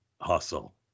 hustle